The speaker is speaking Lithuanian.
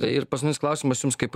ir paskutinis klausimas jums kaip